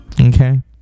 Okay